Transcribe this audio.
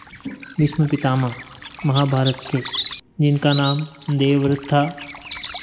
भीष्म पितामह महाभारत के जिनका नाम देवव्रत था